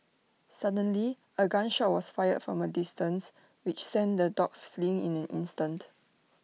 suddenly A gun shot was fired from A distance which sent the dogs fleeing in an instant